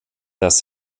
dass